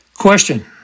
question